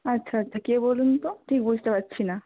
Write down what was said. আচ্ছা আচ্ছা কে বলুন তো ঠিক বুঝতে পারছি না